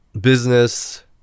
business